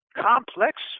complex